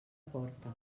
porta